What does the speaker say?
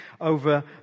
over